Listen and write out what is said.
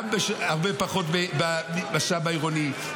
גם הרבה פחות במשאב העירוני,